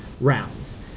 rounds